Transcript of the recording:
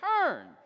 turn